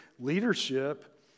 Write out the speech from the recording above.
leadership